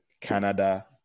canada